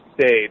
State